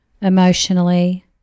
emotionally